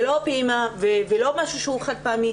זה לא פעימה ולא משהו שהוא חד פעמי.